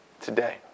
today